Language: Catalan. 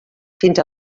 fins